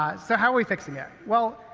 ah so, how are we fixing it? well,